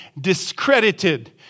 discredited